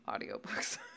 audiobooks